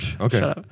Okay